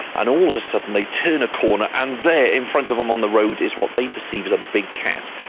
and all of a sudden they turn a corner and there in front of them on the road is what they perceive as a big cat.